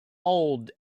old